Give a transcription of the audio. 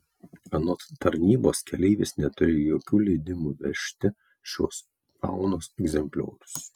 anot tarnybos keleivis neturėjo jokių leidimų vežti šiuos faunos egzempliorius